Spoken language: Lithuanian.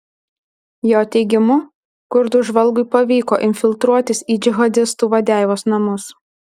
jo teigimu kurdų žvalgui pavyko infiltruotis į džihadistų vadeivos namus